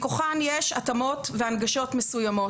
מכוחן יש התאמות והנגשות מסוימות.